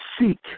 seek